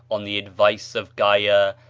on the advice of gaea,